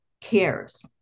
cares